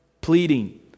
pleading